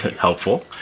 Helpful